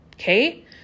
Okay